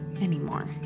anymore